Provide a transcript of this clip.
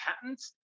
patents